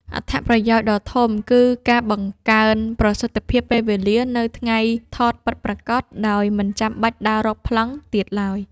អត្ថប្រយោជន៍ដ៏ធំគឺការបង្កើនប្រសិទ្ធភាពពេលវេលានៅថ្ងៃថតពិតប្រាកដ ដោយមិនចាំបាច់ដើររកប្លង់ទៀតឡើយ។